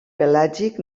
pelàgic